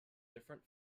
different